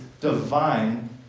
divine